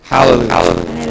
Hallelujah